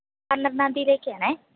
പന്ത്രണ്ടാം തീയതിയിലേക്ക് ആണ്